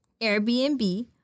Airbnb